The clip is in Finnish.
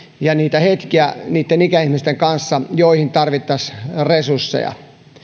ja niitä hetkiä ikäihmisten kanssa joihin tarvittaisiin resursseja